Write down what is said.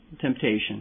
temptation